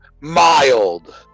mild